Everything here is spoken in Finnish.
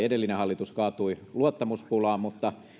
edellinen hallitus kaatui luottamuspulaan mutta